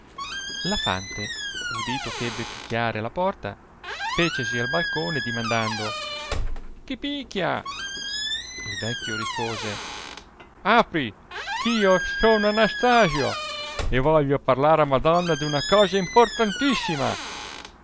la fante udito eh ebbe pichiare a la porta fecesi al balcone dimandando chi pichia il vecchio rispose apri eh io sono anastasio e voglio parlar a madonna d'una cosa importantissima